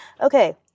Okay